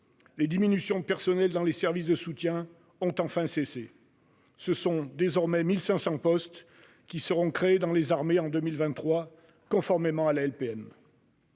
Les diminutions de personnels dans les services de soutien ont enfin cessé. Ce sont 1 500 postes qui seront créés dans les armées en 2023, conformément à la LPM.